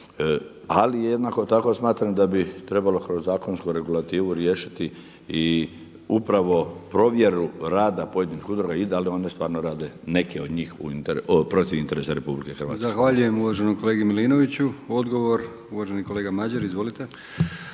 Ali jednako tako smatram da bi trebalo kroz zakonsku regulativu riješiti i upravo provjeru rada pojedinih udruga i da li one stvarno rade, neke od njih protiv interesa RH. **Brkić, Milijan (HDZ)** Zahvaljujem uvaženom kolegi Milinoviću. Odgovor uvaženi kolega Madjer. Izvolite.